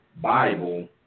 Bible